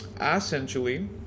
essentially